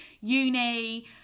uni